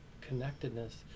connectedness